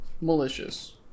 Malicious